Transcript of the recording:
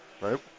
right